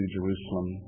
Jerusalem